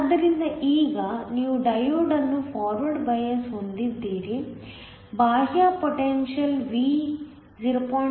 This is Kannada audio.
ಆದ್ದರಿಂದ ಈಗ ನೀವು ಡಯೋಡ್ಅನ್ನು ಫಾರ್ವರ್ಡ್ ಬಯಾಸ್ಹೊಂದಿದ್ದೀರಿ ಬಾಹ್ಯ ಪೊಟೆನ್ಶಿಯಲ್ V 0